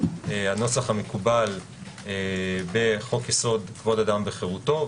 הנוסח המקובל בחוק-יסוד: כבוד אדם וחירותו,